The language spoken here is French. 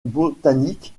botanique